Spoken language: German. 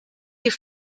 die